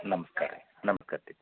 ನಮ್ಸ್ಕಾರ ರೀ ನಮ್ಸ್ಕಾರ ರೀ